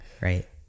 right